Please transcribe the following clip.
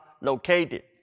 located